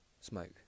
smoke